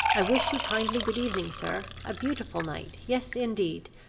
i wish you kindly good-evening, sir. a beautiful night yes, indeed,